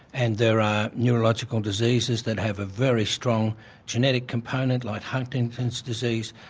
and there are neurological diseases that have a very strong genetic component, like huntington's disease,